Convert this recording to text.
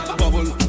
bubble